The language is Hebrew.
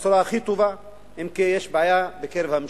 בצורה הכי טובה, אם כי יש בעיה בממשלה.